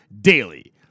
DAILY